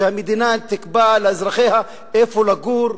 שהמדינה תקבע לאזרחיה איפה לגור,